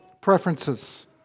preferences